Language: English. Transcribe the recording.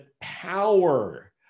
power